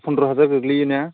फन्द्र' हाजार गोग्लैयो ना